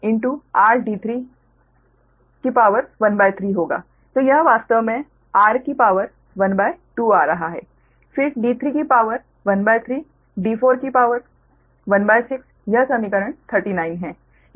तो यह वास्तव में r की शक्ति ½ आ रहा है फिर d3 की शक्ति 13 d4 की शक्ति 16 यह समीकरण 39 है